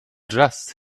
just